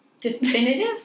definitive